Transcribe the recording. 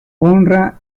honra